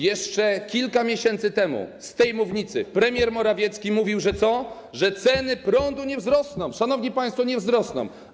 Jeszcze kilka miesięcy temu z tej mównicy premier Morawiecki mówił, że ceny prądu nie wzrosną, szanowni państwo - nie wzrosną.